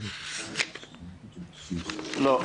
לא.